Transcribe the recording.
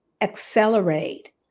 accelerate